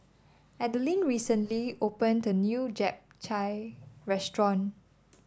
Adelyn recently opened a new Japchae Restaurant